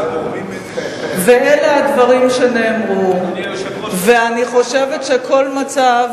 ואלה הדברים שנאמרו, ואני חושבת שכל מצב